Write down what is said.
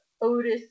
Otis